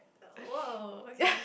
!whoa! okay